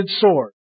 sword